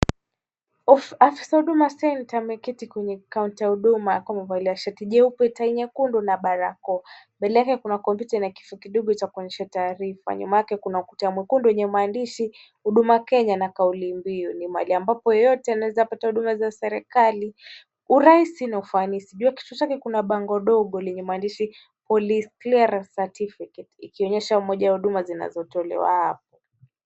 Afisa wa Huduma Centre ameketi kwenye kaunta ya huduma akiwa amevalia shati jeupe, tai nyekundu na barakoa. Mbele yake kuna kompyuta ina kifaa kidogo cha kuonyesha taarifa. Nyuma yake kuna ukuta mwekundu wenye maandishi Huduma Kenya na kauli mbiu. Ni mahali ambapo yeyote anaweza pata huduma za serikali urahisi na ufanisi. Juu ya kichwa chake kuna bango dogo lenye maandishi Police clearance certificate ikionyesha moja ya huduma zinazotolewa hapo.